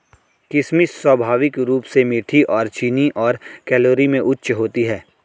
किशमिश स्वाभाविक रूप से मीठी और चीनी और कैलोरी में उच्च होती है